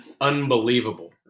unbelievable